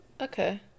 Okay